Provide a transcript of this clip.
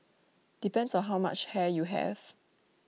depends on how much hair you have